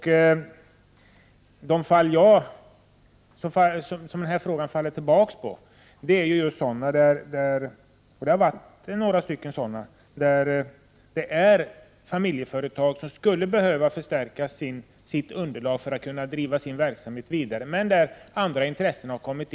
Av de fall som denna fråga grundades på, och det har varit några, har det varit fråga om familjeföretag som skulle behöva förstärka sitt underlag för att driva verksamheten vidare. Men andra intressenter har gått före.